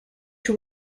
you